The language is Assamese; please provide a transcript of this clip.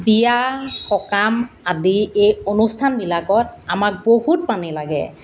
বিয়া সকাম আদি এই অনুষ্ঠানবিলাকত আমাক বহুত পানী লাগে